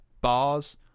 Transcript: bars